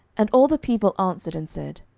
and all the people answered and said,